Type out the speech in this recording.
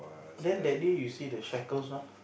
then that day you see the shackles one